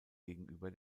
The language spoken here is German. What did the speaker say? gegenüber